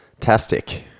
tastic